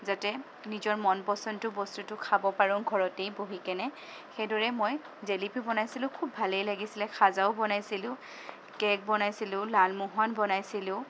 যাতে নিজৰ মন পচন্দৰ বস্তুটো খাব পাৰোঁ ঘৰতেই বহি কিনে সেইদৰেই মই জেলেপি বনাইছিলোঁ খুব ভালেই লাগিছিলে খাজাও বনাইছিলোঁ কেক বনাইছিলোঁ লালমোহন বনাইছিলোঁ